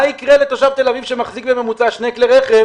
מה יקרה לתושב תל אביב שמחזיק בממוצע שני כלי רכב,